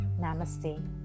Namaste